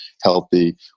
healthy